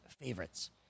favorites